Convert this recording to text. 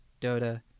Dota